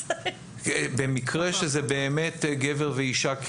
במקרה שזה באמת גבר ואישה,